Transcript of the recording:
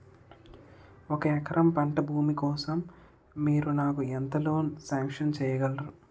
ఒక ఎకరం పంట భూమి కోసం మీరు నాకు ఎంత లోన్ సాంక్షన్ చేయగలరు?